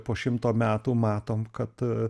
po šimto metų matom kad